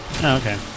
Okay